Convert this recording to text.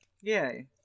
Yay